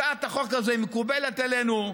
הצעת החוק הזאת מקובלת עלינו,